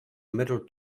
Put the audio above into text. middle